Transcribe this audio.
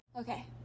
Okay